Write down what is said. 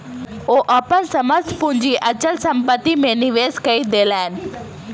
ओ अपन समस्त पूंजी अचल संपत्ति में निवेश कय देलैन